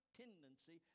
tendency